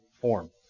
form